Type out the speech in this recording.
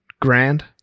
Grand